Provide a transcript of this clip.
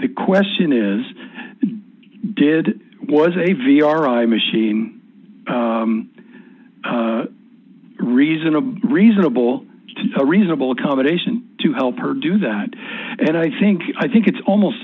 the question is did was a v r i machine reasonable reasonable a reasonable accommodation to help her do that and i think i think it's almost